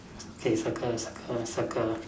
okay circle circle circle